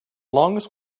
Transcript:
longest